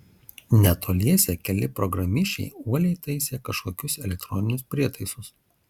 netoliese keli programišiai uoliai taisė kažkokius elektroninius prietaisus